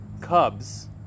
cubs